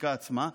בחקיקה עצמה,